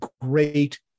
great